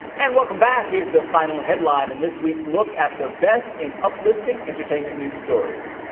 and welcome back. here is the final headline in this week's look at the best in uplifting entertainment news stories.